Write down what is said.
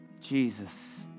Jesus